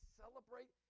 celebrate